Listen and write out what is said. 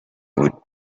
with